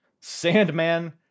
Sandman